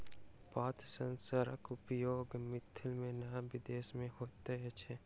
पात सेंसरक उपयोग मिथिला मे नै विदेश मे होइत अछि